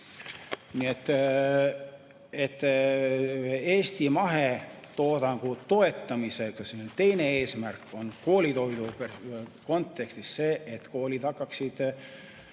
Nii et Eesti mahetoodangu toetamise teine eesmärk on koolitoidu kontekstis see, et koolid hakkaksid